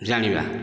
ଜାଣିବା